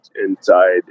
inside